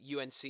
UNC